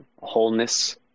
wholeness